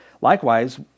Likewise